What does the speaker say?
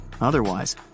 Otherwise